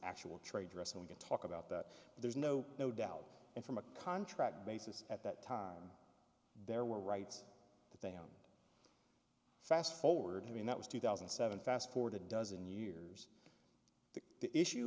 actual trade dress and we can talk about that there's no no doubt and from a contract basis at that time there were rights that they owned fast forward i mean that was two thousand and seven fast forward a dozen years the issue